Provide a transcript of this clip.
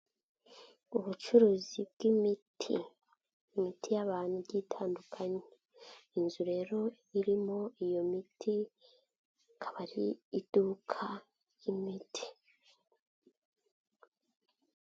Ubucuruzi bw'imiti. Imiti y'abantu itandukanye. Inzu rero irimo iyo miti, akaba ari iduka ry'imiti.